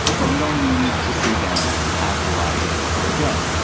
but we don't need to see them as the rise of hitler again.